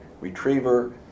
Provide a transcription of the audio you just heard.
retriever